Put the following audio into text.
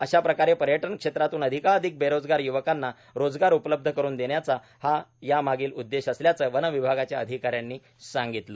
अशा प्रकारे पर्यटन क्षेत्रातून अधिकाधिक बेरोजगार य्वकांना रोजगार उपलब्ध करुन देण्याचा या मागील उद्देश असल्याचं वनविभागाच्या अधिकाऱ्यांनी सांगितलं